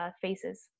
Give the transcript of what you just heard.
faces